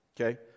Okay